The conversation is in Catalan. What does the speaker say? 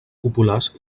populars